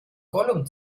gollum